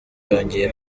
yongeye